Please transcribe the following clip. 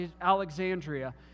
Alexandria